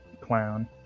Clown